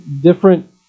Different